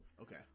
Okay